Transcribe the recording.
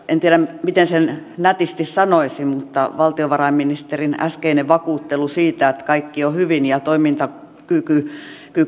en tiedä miten sen nätisti sanoisin mutta on todettava että valtiovarainministerin äskeinen vakuuttelu siitä että kaikki on hyvin ja toimintakyky